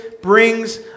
brings